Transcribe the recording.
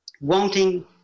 wanting